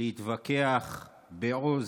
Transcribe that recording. להתווכח בעוז,